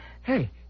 Hey